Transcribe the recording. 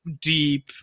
deep